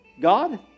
God